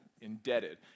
indebted